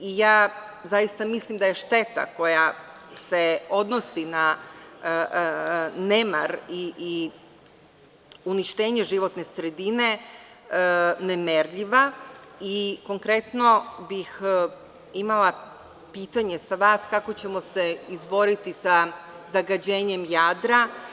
Zaista mislim da šteta koja se odnosi na nemar i uništenje životne sredine je nemerljiva i konkretno bih imala pitanje za vas – kako ćemo se izboriti sa zagađenjem Jadra?